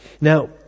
Now